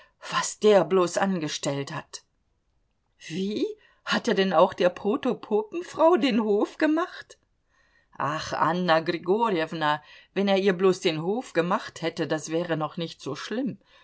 was der bloß angestellt hat wie hat er denn auch der protopopenfrau den hof gemacht ach anna grigorjewna wenn er ihr bloß den hof gemacht hätte das wäre noch nicht so schlimm